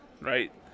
right